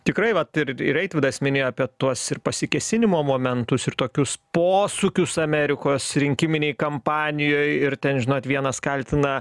tikrai vat ir ir eitvydas minėjo apie tuos ir pasikėsinimo momentus ir tokius posūkius amerikos rinkiminėj kampanijoj ir ten žinot vienas kaltina